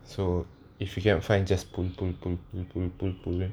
so if you cannot find just pull pull pull pull pull pull